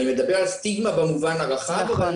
אני מדבר על סטיגמה במובן הרחב ואני